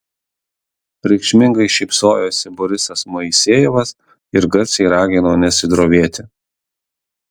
reikšmingai šypsojosi borisas moisejevas ir garsiai ragino nesidrovėti